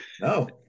No